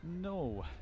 no